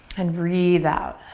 and breathe out.